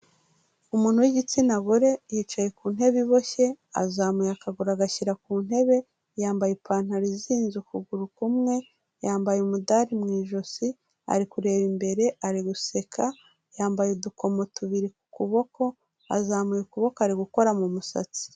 Umuntu w'igitsina gore yicaye ku ntebe iboshye azamuye akaguru agashyira ku ntebe, yambaye ipantaro izinze ukuguru kumwe, yambaye umudari mu ijosi ari kureba imbere ari guseka, yambaye udukomo tubiri ku kuboko azamuye ukuboko ari gukora mu musatsi.